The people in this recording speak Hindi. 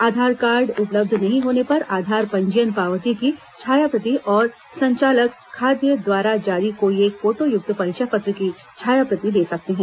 आधार कार्ड उपलब्ध नहीं होने पर आधार पंजीयन पावती की छायाप्रति और संचालक खाद्य द्वारा जारी कोई एक फोटोयुक्त परिचय पत्र की छायाप्रति दे सकते हैं